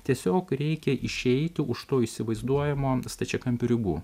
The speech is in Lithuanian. tiesiog reikia išeiti už to įsivaizduojamo stačiakampio ribų